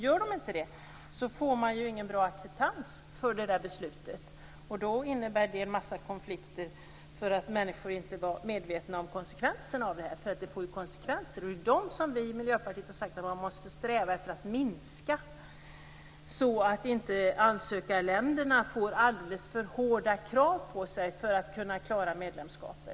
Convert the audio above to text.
Gör de inte det får man ju ingen bra acceptans för beslutet, och då innebär det en massa konflikter för att människor inte var medvetna om konsekvenserna. För det får ju konsekvenser. Det är dessa som vi i Miljöpartiet har sagt att man måste sträva efter att minska, så att inte ansökarländerna får alldeles för hårda krav på sig för att klara medlemskapet.